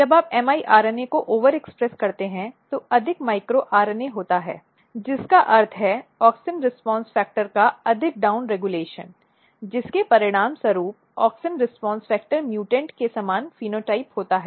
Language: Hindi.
जब आप MIRNA को ओवरएक्सप्रेस करते हैं तो अधिक माइक्रो आरएनए होता है जिसका अर्थ है ऑक्सिन रिस्पॉन्स फैक्टर का अधिक डाउनरेगुलेशन जिसके परिणामस्वरूप ऑक्सिन रिस्पॉन्स फैक्टरम्यूटेंट के समान फेनोटाइप होता है